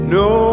no